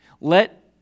Let